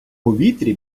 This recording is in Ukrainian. повітрі